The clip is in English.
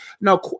no